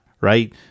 Right